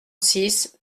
six